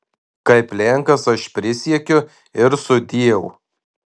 kaip lenkas aš prisiekiu ir sudieu